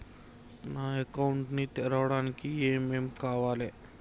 నా అకౌంట్ ని తెరవడానికి ఏం ఏం కావాలే?